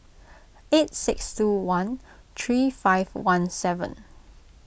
eight six two one three five one seven